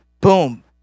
Boom